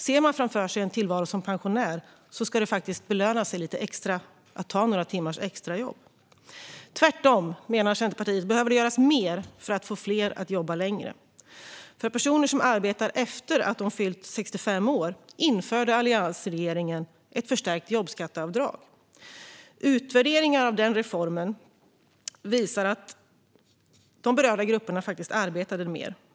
Ser man framför sig en tillvaro som pensionär ska det löna sig lite extra att ta några timmars extrajobb. Centerpartiet menar att det tvärtom behöver göras mer för att få fler att jobba längre. För personer som arbetar efter att de fyllt 65 år införde alliansregeringen ett förstärkt jobbskatteavdrag. Utvärderingar av den reformen visar att de berörda grupperna arbetade mer.